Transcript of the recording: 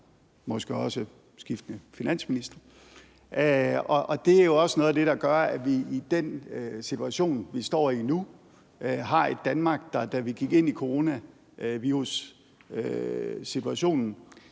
og måske også skiftende finansministre, og det er jo også noget af det, der gør, at vi i den situation, vi står i nu, har et Danmark, som, da vi gik ind i coronavirussituationen,